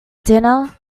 dinner